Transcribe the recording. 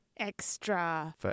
Extra